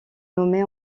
nommée